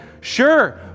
sure